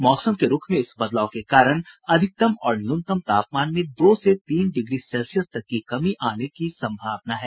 मौसम के रूख में इस बदलाव के कारण अधिकतम और न्यूनतम तापमान में दो से तीन डिग्री तक की कमी आने की संभावना है